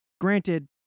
Granted